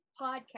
podcast